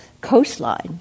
coastline